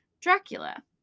Dracula